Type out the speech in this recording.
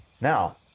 Now